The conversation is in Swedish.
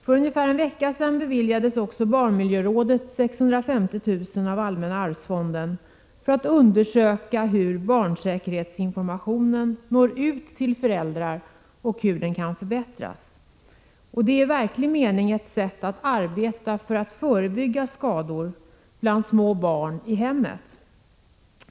För en vecka sedan beviljades också barnmiljörådet 650 000 kr. av Allmänna arvsfonden för att undersöka hur barnsäkerhetsinformationen når ut till föräldrar och hur den kan förbättras. Detta är i verklig mening ett sätt att arbeta för att förebygga skador bland små barn i hemmet.